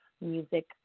Music